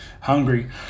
hungry